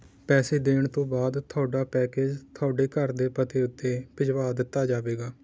ਪੈਸੇ ਦੇਣ ਤੋਂ ਬਾਅਦ ਤੁਹਾਡਾ ਪੈਕੇਜ ਤੁਹਾਡੇ ਘਰ ਦੇ ਪਤੇ ਉੱਤੇ ਭਿਜਵਾ ਦਿੱਤਾ ਜਾਵੇਗਾ